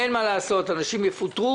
אין מה לעשות, האנשים יפוטרו,